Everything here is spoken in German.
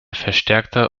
verstärkte